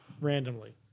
randomly